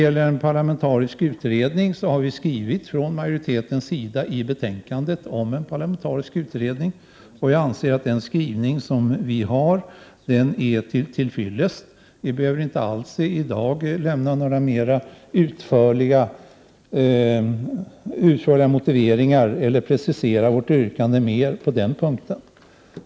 Majoriteten har skrivit om en parlamentarisk utredning i betänkandet, och den skrivningen är till fyllest. Vi behöver inte alls i dag lämna några mer utförliga motiveringar eller precisera vårt yrkande mer på den punkten.